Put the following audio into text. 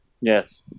Yes